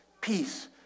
peace